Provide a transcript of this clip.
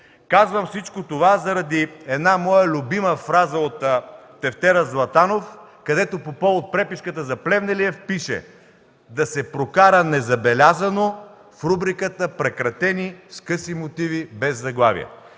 Казвам всичко това заради една моя любима фраза от тефтера „Златанов”, където по повод преписката за Плевнелиев пише: „Да се прокара незабелязано в рубриката „Прекратени с къси мотиви, без заглавия”.